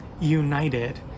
united